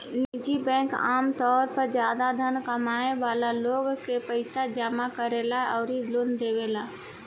निजी बैंकिंग आमतौर पर ज्यादा धन कमाए वाला लोग के पईसा जामा करेला अउरी लोन देवेला